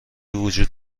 وجود